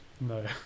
No